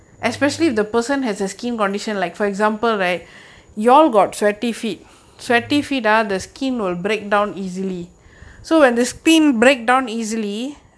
mm